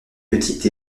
petite